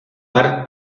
park